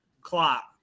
clock